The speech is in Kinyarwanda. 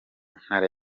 ntara